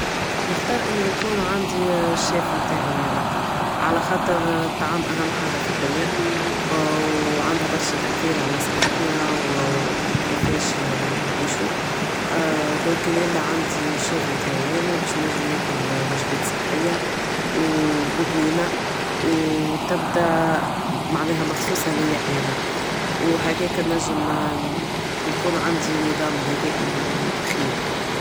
نختار انو يكون عندي شاف متاعي انا علخاطر الطعام اهم حاجة فالدنيا و عندها برشا تأثير على صحتنا و كيفاش نعيشو دونك كان يمنع عندي شاف متاعي انا بش نجم ناكل وجبات صحية و بنينة و تبدا معناها مخصوصة ليا انا و هكاكا نجم يكون عندي نظام غدائي خير